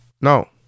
no